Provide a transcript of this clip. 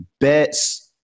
bets